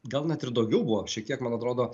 gal net ir daugiau buvo šiek tiek man atrodo